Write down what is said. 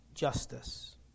Justice